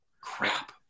crap